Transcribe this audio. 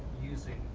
using